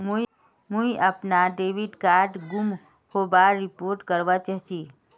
मुई अपना debit card गूम होबार रिपोर्ट करवा चहची